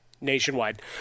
nationwide